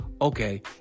Okay